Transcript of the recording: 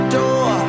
door